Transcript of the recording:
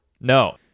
no